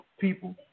people